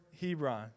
Hebron